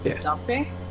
Dumping